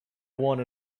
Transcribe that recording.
one